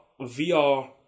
VR